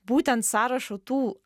būtent sąrašu tų